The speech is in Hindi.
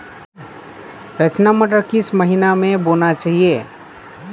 रचना मटर किस महीना में बोना चाहिए?